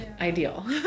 ideal